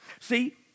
see